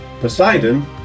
Poseidon